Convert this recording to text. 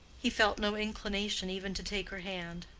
he felt no inclination even to take her hand